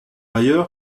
ailleurs